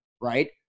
right